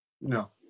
No